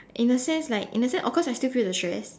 in a sense like in a sense of course I still feel the stress